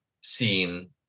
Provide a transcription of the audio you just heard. seen